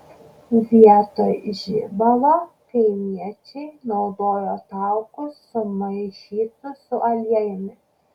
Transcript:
vietoj žibalo kaimiečiai naudojo taukus sumaišytus su aliejumi